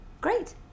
Great